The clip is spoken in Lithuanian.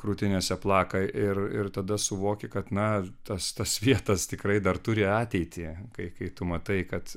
krūtinėse plaka ir ir tada suvoki kad na tas tas svietas tikrai dar turi ateitį kai kai tu matai kad